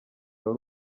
wari